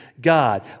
God